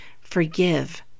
forgive